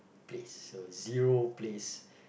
place so zero place